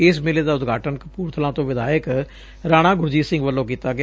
ਇਸ ਮੇਲੇ ਦਾ ਉਦਘਾਟਨ ਕਪੁਰਬਲਾ ਤੋਂ ਵਿਧਾਇਕ ਰਾਣਾ ਗੁਰਜੀਤ ਸਿੰਘ ਵੱਲੋਂ ਕੀਤਾ ਗਿਆ